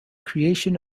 creation